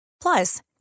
Plus